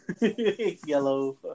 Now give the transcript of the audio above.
Yellow